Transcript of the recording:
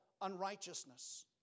unrighteousness